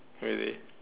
really